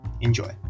Enjoy